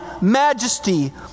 majesty